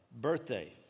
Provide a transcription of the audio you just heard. birthday